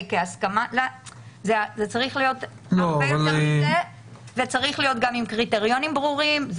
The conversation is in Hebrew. זה צריך להיות גם עם קריטריונים ברורים.